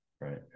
right